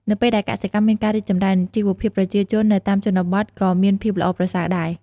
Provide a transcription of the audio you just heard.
នៅពេលដែលកសិកម្មមានការរីកចម្រើន ជីវភាពប្រជាជននៅតាមជនបទក៏មានភាពល្អប្រសើរដែរ។